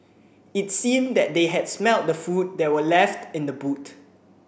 it seemed that they had smelt the food that were left in the boot